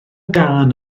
gân